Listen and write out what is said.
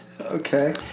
Okay